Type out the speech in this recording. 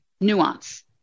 nuance